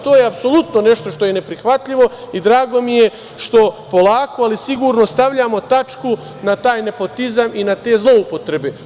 To je apsolutno nešto što je neprihvatljivo i drago mi je što polako ali sigurno stavljamo tačku na taj nepotizam i na te zloupotrebe.